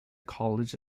college